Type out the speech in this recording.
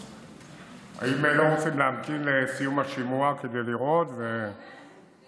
--- האם לא רוצים להמתין לסיום השימוע כדי לראות ולעדכן?